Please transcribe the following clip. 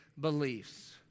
beliefs